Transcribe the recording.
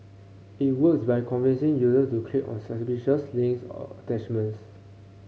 it works by convincing users to click on suspicious links or attachments